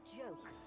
joke